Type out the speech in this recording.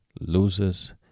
loses